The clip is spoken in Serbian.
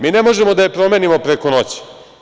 Mi ne možemo da je promenimo preko noći.